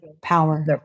power